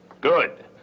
Good